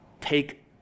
take